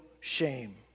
shame